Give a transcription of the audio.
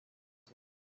soul